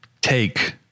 take